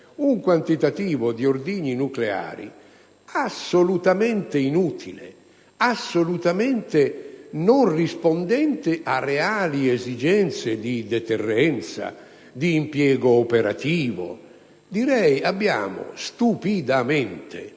un quantitativo di ordigni nucleari assolutamente inutile, assolutamente non rispondente a reali esigenze di deterrenza o di impiego operativo. Abbiamo - stupidamente